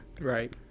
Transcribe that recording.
Right